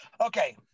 Okay